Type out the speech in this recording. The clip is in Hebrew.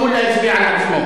שלמה מולה הצביע על עצמו.